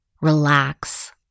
relax